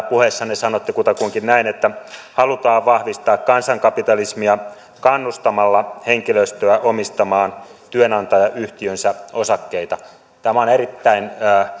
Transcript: puheessanne sanoitte kutakuinkin näin että halutaan vahvistaa kansankapitalismia kannustamalla henkilöstöä omistamaan työnantajayhtiönsä osakkeita tämä on erittäin